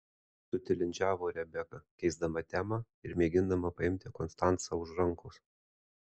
sutilindžiavo rebeka keisdama temą ir mėgindama paimti konstancą už rankos